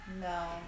No